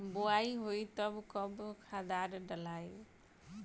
बोआई होई तब कब खादार डालाई?